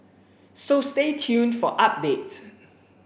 so stay tuned for updates